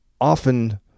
Often